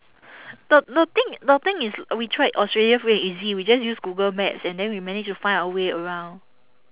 the the thing the thing is we tried australia free and easy we just use Google Maps and then we managed to find our way around